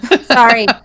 Sorry